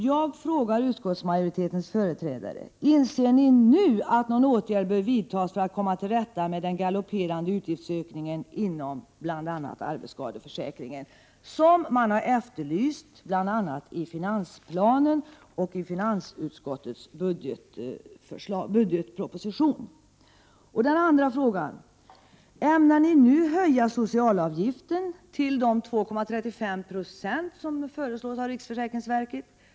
Jag frågar alltså utskottsmajoritetens företrädare: Inser ni nu att en åtgärd bör vidtas för att komma till rätta med den galopperande utgiftsökning inom bl.a. arbetsskadeförsäkringen som man har efterlyst bl.a. i finansplanen och i finansutskottets budgetbehandling? Den andra frågan är: Ämnar ni nu höja socialavgiften till de 2,35 96 som föreslås av riksförsäkringsverket?